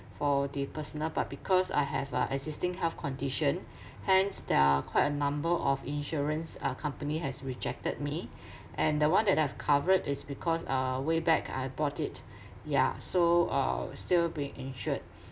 for the personal but because I have a existing health condition hence there are quite a number of insurance uh company has rejected me and the one that I've covered is because uh way back I bought it yeah so uh still being insured